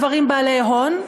גברים בעלי הון,